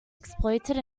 exploited